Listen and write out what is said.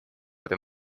этом